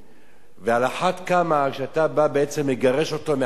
ובפרט כאשר אתה מגרש אותו מהחנייה שלו.